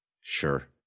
Sure